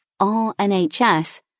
RNHS